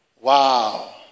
Wow